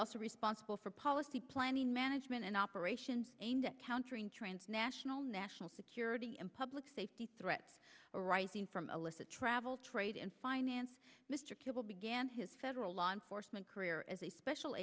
also responsible for policy planning management and operations aimed at countering transnational national security and public safety threats arising from alyssa travel trade and finance mister began his federal law enforcement career as a special